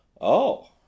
Oh